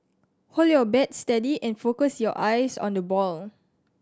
hold your bat steady and focus your eyes on the ball